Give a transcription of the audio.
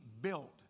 built